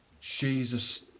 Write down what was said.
Jesus